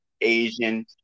Asian